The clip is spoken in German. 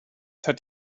hat